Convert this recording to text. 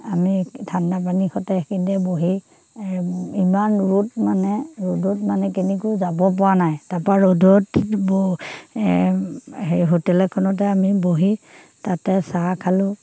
আমি ঠাণ্ডা পানীৰ সতে সেইখিনিতে বহি ইমান ৰ'দ মানে ৰ'দত মানে কেনিও যাব পৰা নাই তাৰ পৰা ৰ'দত এ হেৰি হোটেল এখনতে আমি বহি তাতে চাহ খালোঁ